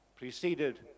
preceded